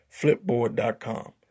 Flipboard.com